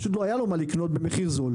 פשוט לא היה לו מה לקנות במחיר זול.